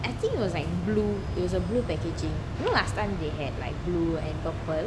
I think it was like blue it was a blue packaging you know last time they had like blue and purple